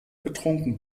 betrunken